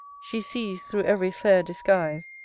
she sees thro' ev'ry fair disguise,